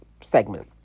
segment